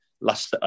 last